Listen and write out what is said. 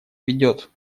ведет